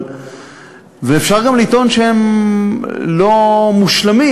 ואפשר גם לטעון שהם לא מושלמים,